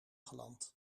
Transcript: geland